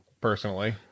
Personally